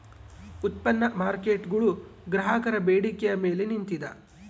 ಉತ್ಪನ್ನ ಮಾರ್ಕೇಟ್ಗುಳು ಗ್ರಾಹಕರ ಬೇಡಿಕೆಯ ಮೇಲೆ ನಿಂತಿದ